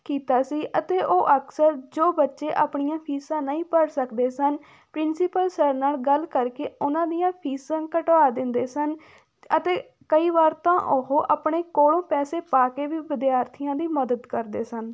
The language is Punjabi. ਕੀਤਾ ਸੀ ਅਤੇ ਉਹ ਅਕਸਰ ਜੋ ਬੱਚੇ ਆਪਣੀਆਂ ਫੀਸਾਂ ਨਹੀਂ ਭਰ ਸਕਦੇ ਸਨ ਪ੍ਰਿੰਸੀਪਲ ਸਰ ਨਾਲ ਗੱਲ ਕਰਕੇ ਉਹਨਾਂ ਦੀਆਂ ਫੀਸਾਂ ਘਟਵਾ ਦਿੰਦੇ ਸਨ ਅਤੇ ਕਈ ਵਾਰ ਤਾਂ ਉਹ ਆਪਣੇ ਕੋਲੋਂ ਪੈਸੇ ਪਾ ਕੇ ਵੀ ਵਿਦਿਆਰਥੀਆਂ ਦੀ ਮਦਦ ਕਰਦੇ ਸਨ